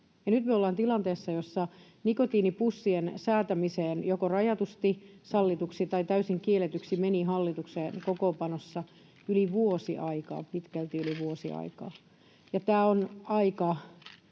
nyt me ollaan tilanteessa, jossa nikotiinipussien säätämiseen joko rajatusti sallituiksi tai täysin kielletyiksi meni hallituksen kokoonpanossa pitkälti yli vuosi aikaa. Tämä on aika